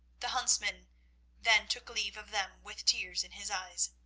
the huntsman then took leave of them with tears in his eyes.